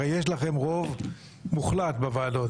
הרי יש לכם רוב מוחלט בוועדות.